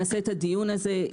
נעשה את הדיון הזה,